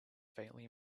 faintly